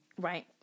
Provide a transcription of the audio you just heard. right